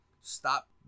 Stop